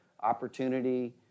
opportunity